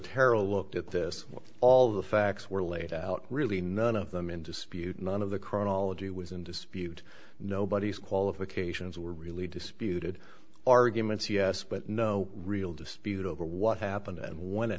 terra looked at this all the facts were laid out really none of them in dispute none of the chronology was in dispute nobody's qualifications were really disputed arguments yes but no real dispute over what happened and when it